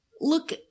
Look